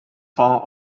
found